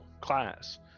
class